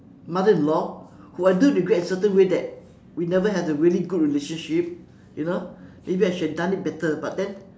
mother in law who I do regret in a certain way that we never had a really good relationship you know maybe I should have done it better but then